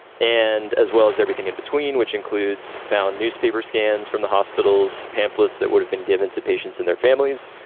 and as well as everything in between, which includes found newspaper scans from the hospitals, pamphlets that would have been given to patients and their families,